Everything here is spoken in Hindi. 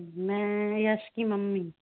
मैं यश की मम्मी